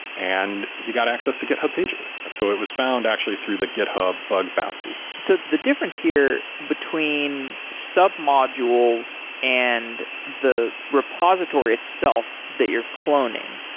and he got access to github pages. so it was found actually through the github bug bounty so the difference here between sub-modules and the repository itself that you're cloning,